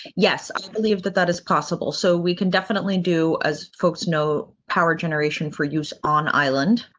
yes, i believe that that is possible. so we can definitely do as folks know, power generation for use on island.